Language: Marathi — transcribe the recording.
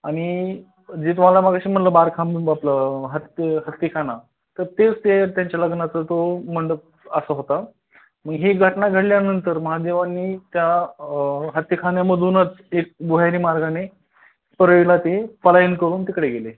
आणि जे तुम्हाला मगाशी म्हटलं बारखांबून आपलं हत्तीखाना तर तेच ते त्यांच्या लग्नाचा तो मंडप असा होता मग ही घटना घडल्यानंतर महादेवांनी त्या हत्तीखान्यामधूनच एक भुयारी मार्गाने परळीला ते पलायन करून तिकडे गेले